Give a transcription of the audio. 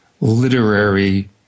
literary